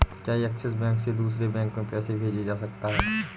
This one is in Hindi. क्या ऐक्सिस बैंक से दूसरे बैंक में पैसे भेजे जा सकता हैं?